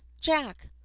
Jack